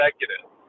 executive